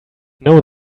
know